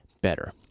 better